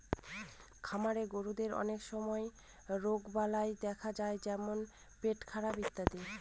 খামারের গরুদের অনেক সময় রোগবালাই দেখা যায় যেমন পেটখারাপ ইত্যাদি